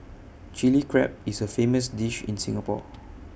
Chilli Crab is A famous dish in Singapore